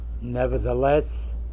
Nevertheless